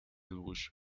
busch